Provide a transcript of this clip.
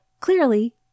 clearly